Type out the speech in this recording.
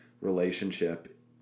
relationship